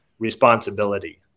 Responsibility